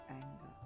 anger